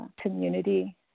community